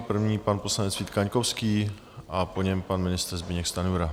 První pan poslanec Vít Kaňkovský a po něm pan ministr Zbyněk Stanjura.